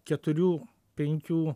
keturių penkių